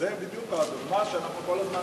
זו בדיוק הדוגמה שאנחנו כל הזמן,